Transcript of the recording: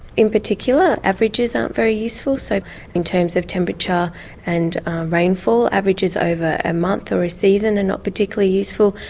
in particular, averages aren't very useful. so in terms of temperature and rainfall, averages over a month or a season, they're and not particularly useful.